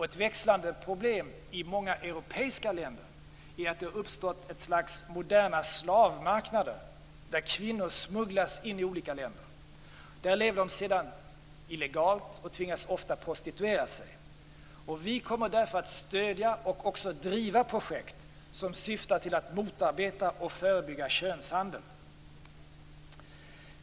Ett växande problem i många europeiska länder är att det har uppstått ett slags moderna slavmarknader där kvinnor smugglas in i olika länder. Där lever de sedan illegalt och tvingas ofta prostituera sig. Vi kommer därför att stödja och driva projekt som syftar till att motarbeta och förebygga könshandel.